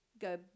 go